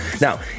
Now